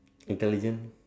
intelligent